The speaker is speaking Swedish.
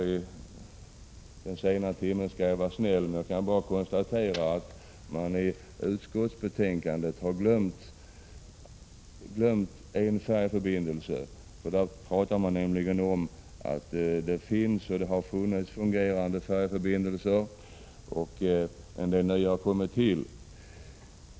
I denna sena timme skall jag vara snäll och bara konstatera att man i utskottsbetänkandet har glömt en färjeförbindelse. I utskottsbetänkandet talar man nämligen om att det finns och har funnits fungerande färjeförbindelser och att en del nya har kommit till.